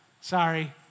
Sorry